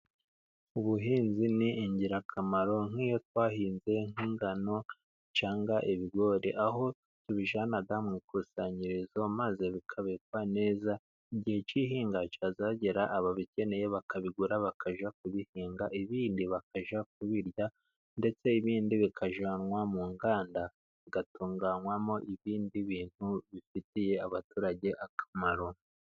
Ubuhinzi ni ingirakamaro nk'iyo twahinze nk'ingano cyangwa ibigori aho tubijana mu ikusanyirizo maze bikabikwa neza, igihe cy'ihinga cyazagera ababikeneye bakabigura bakajya kubihinga, ibindi bakajya kubirya ndetse ibindi bikajyanwa mu nganda bigatunganywamo ibindi bintu bifitiye abaturage akamaro.